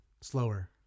Slower